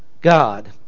God